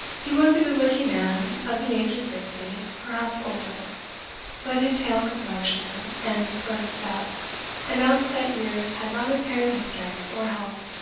he was a good-looking man of the age of sixty, perhaps older but his hale complexion and firm step announced that years had not impaired his strength or health.